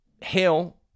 hail